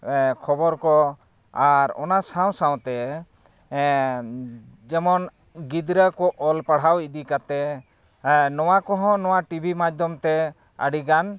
ᱠᱷᱚᱵᱚᱨ ᱠᱚ ᱟᱨ ᱚᱱᱟ ᱥᱟᱶ ᱥᱟᱶᱛᱮ ᱡᱮᱢᱚᱱ ᱜᱤᱫᱽᱨᱟᱹ ᱠᱚ ᱚᱞ ᱯᱟᱲᱦᱟᱣ ᱤᱫᱤ ᱠᱟᱛᱮᱫ ᱱᱚᱣᱟ ᱠᱚᱦᱚᱸ ᱱᱚᱣᱟ ᱴᱤᱵᱷᱤ ᱢᱟᱫᱽᱫᱷᱚᱢᱛᱮ ᱟᱹᱰᱤᱜᱟᱱ